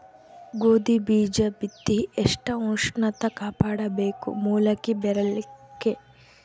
ಗೋಧಿ ಬೀಜ ಬಿತ್ತಿ ಎಷ್ಟ ಉಷ್ಣತ ಕಾಪಾಡ ಬೇಕು ಮೊಲಕಿ ಬರಲಿಕ್ಕೆ?